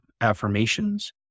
affirmations